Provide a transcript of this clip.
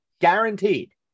Guaranteed